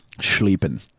sleeping